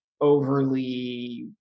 overly